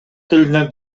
tylne